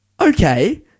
okay